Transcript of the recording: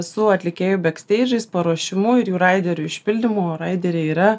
su atlikėjų beksteidžais paruošimu ir jų raiderių išpildymu o raideriai yra